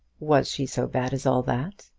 was she so bad as all that?